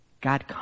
God